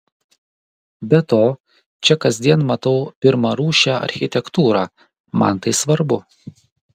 be to čia kasdien matau pirmarūšę architektūrą man tai svarbu